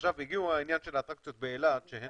עכשיו הגיע העניין של האטרקציות באילת שהן